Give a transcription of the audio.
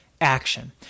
Action